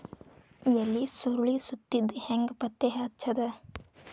ಎಲಿ ಸುರಳಿ ಸುತ್ತಿದ್ ಹೆಂಗ್ ಪತ್ತೆ ಹಚ್ಚದ?